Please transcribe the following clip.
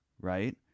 right